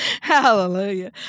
Hallelujah